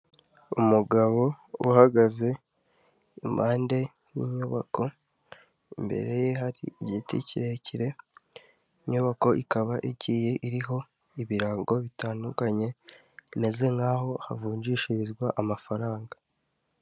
Umugabo uhagaze impande y'inyubako imbere ye hari igiti kirekire, inyubako ikaba igiye iriho ibirango bitandukanye bimeze nk'aho havunjishirizwa amafaranga.